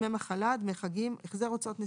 צו הרחבה בדבר השתתפות המעביד בהוצאות נסיעות